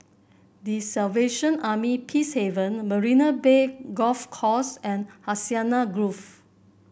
The Salvation Army Peacehaven Marina Bay Golf Course and Hacienda Grove